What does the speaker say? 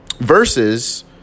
versus